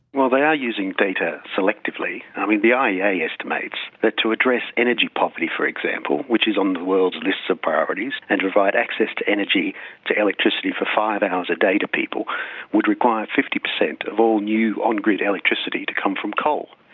well, they are using data selectively. i mean, the iea estimates that to address energy poverty, for example, which is on the world's list of priorities, and to provide access to energy to electricity for five hours a day to people would require fifty percent of all new on-grid electricity to come from coal.